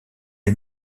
est